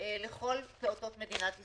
לכל פעוטות מדינת ישראל.